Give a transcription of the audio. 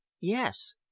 Yes